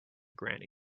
granny